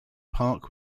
park